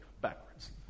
Backwards